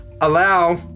allow